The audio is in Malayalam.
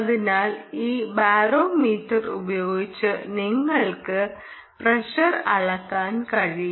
അതിനാൽ ഈ ബാരോമീറ്റർ ഉപയോഗിച്ച് നിങ്ങൾക്ക് പ്രഷർ അളക്കാൻ കഴിയും